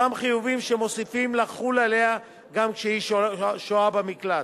אותם חיובים שמוסיפים לחול עליה גם כשהיא שוהה במקלט,